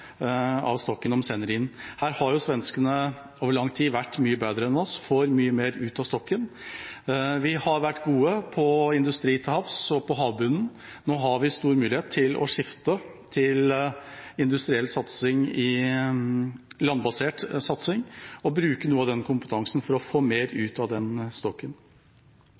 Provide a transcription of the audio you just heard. stokken de sender inn. Her har svenskene over lang tid vært mye bedre enn oss – de får mye mer ut av stokken. Vi har vært gode på industri til havs og på havbunnen. Nå har vi en stor mulighet til å skifte til industriell, landbasert satsing og bruke noe av den kompetansen til å få mer ut av stokken.